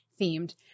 themed